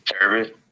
service